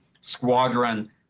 squadron